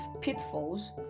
pitfalls